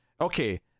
okay